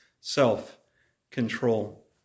self-control